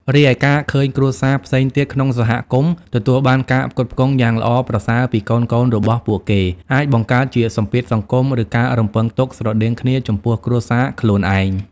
រីឯ ការឃើញគ្រួសារផ្សេងទៀតក្នុងសហគមន៍ទទួលបានការផ្គត់ផ្គង់យ៉ាងល្អប្រសើរពីកូនៗរបស់ពួកគេ អាចបង្កើតជាសម្ពាធសង្គម ឬការរំពឹងទុកស្រដៀងគ្នាចំពោះគ្រួសារខ្លួនឯង។